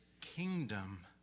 kingdom